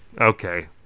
okay